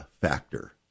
factor